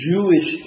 Jewish